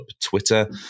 Twitter